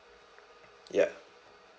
ya